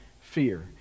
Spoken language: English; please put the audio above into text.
fear